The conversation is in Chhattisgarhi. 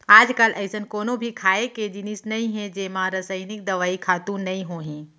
आजकाल अइसन कोनो भी खाए के जिनिस नइ हे जेमा रसइनिक दवई, खातू नइ होही